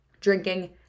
drinking